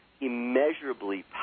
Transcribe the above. immeasurably